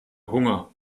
hunger